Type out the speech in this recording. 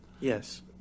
Yes